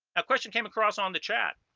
a question came across on the chat